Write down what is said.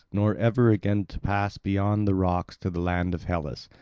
nor ever again to pass beyond the rocks to the land of hellas,